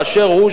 באשר הוא,